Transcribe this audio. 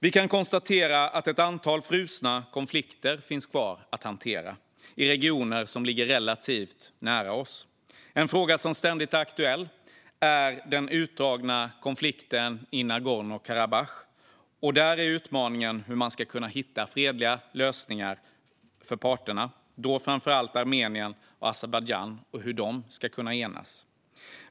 Vi kan konstatera att ett antal frusna konflikter finns kvar att hantera i regioner som ligger relativt nära oss. En fråga som ständigt är aktuell är den utdragna konflikten i Nagorno-Karabach. Där är utmaningen att hitta fredliga lösningar för hur parterna, framför allt Armenien och Azerbajdzjan, ska kunna enas.